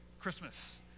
Christmas